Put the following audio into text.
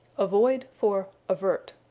avoid for avert.